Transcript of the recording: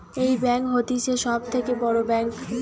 এই ব্যাঙ্ক হতিছে সব থাকে বড় ব্যাঙ্ক